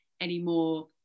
anymore